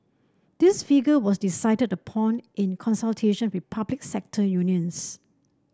this figure was decided upon in consultation with public sector unions